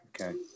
Okay